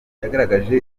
yagaragaje